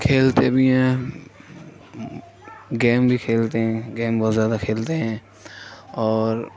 کھیلتے بھی ہیں گیم بھی کھیلتے ہیں گیم بہت زیادہ کھیلتے ہیں اور